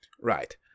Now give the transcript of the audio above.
Right